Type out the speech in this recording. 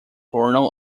journal